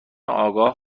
آگاه